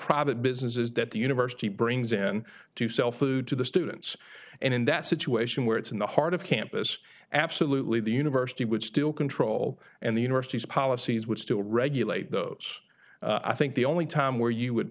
private businesses that the university brings in to sell food to the students and in that situation where it's in the heart of campus absolutely the university would still control and the university's policies which still regulate those i think the only time where you would